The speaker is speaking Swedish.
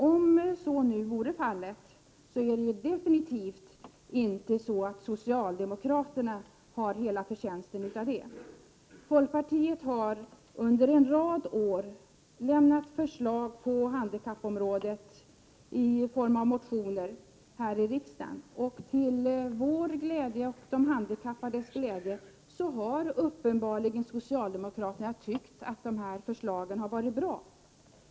Om så nu skulle vara fallet skall socialdemokraterna definitivt inte ha hela förtjänsten av det. Folkpartiet har under en rad år framlagt förslag på handikappområdet i form av motioner här i riksdagen, och till vår och de handikappades glädje har socialdemokraterna uppenbarligen tyckt att de förslagen varit bra.